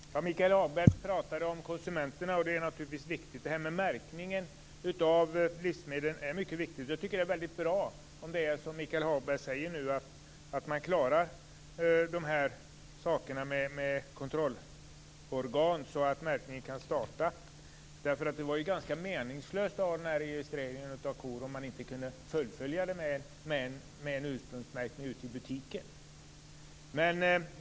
Herr talman! Michael Hagberg pratade om konsumenterna, och det är naturligtvis viktigt. Märkningen av livsmedel är en viktig fråga. Det är bra om det är som Michael Hagberg säger att man klarar detta med kontrollorgan så att märkningen kan starta. Det är ju ganska meningslöst med registreringen av kor om man inte kan fullfölja det med en ursprungsmärkning ute i butiken.